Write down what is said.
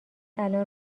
الان